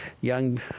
young